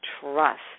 trust